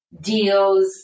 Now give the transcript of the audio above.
deals